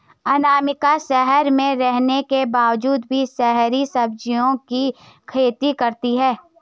अनामिका शहर में रहने के बावजूद भी शहरी सब्जियों की खेती करती है